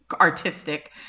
artistic